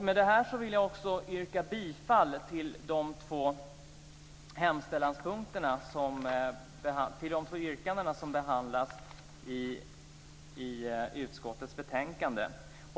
Med det här vill jag också yrka bifall till två yrkanden i denna motion som behandlas i utskottets betänkande.